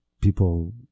people